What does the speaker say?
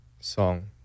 song